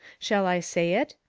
shall i say it?